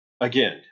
again